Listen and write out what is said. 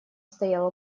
стоял